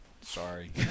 Sorry